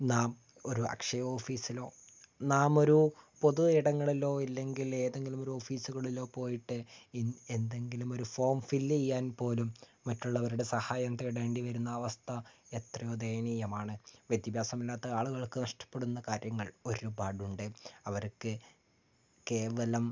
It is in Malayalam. നാം ഒരു അക്ഷയ ഓഫീസിലോ നാമൊരു പൊതു ഇടങ്ങളിലോ ഇല്ലെങ്കിൽ ഏതെങ്കിലും ഒരു ഓഫീസുകളിലോ പോയിട്ട് ഏത് എന്തെങ്കിലും ഒരു ഫോം ഫില്ല് ചെയ്യാൻ പോലും മറ്റുള്ളവരുടെ സഹായം തേടേണ്ടി വരുന്ന അവസ്ഥ എത്രയോ ദയനീയമാണ് വിദ്യാഭ്യാസം ഇല്ലാത്ത ആളുകൾക്ക് നഷ്ടപ്പെടുന്ന കാര്യങ്ങൾ ഒരുപാടുണ്ട് അവർക്ക് കേവലം